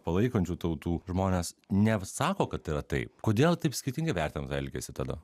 palaikančių tautų žmonės nesako kad yra taip kodėl taip skirtingai vertina tą elgesį tada